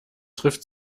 trifft